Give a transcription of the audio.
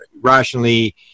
rationally